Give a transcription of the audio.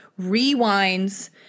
rewinds